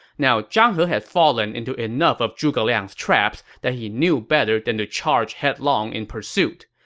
now zhang he had fallen into enough of zhuge liang's traps that he knew better than to charge headlong in pursuit.